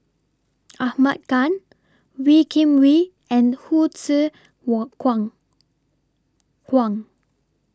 Ahmad Khan Wee Kim Wee and Hsu Tse Kwang Kwang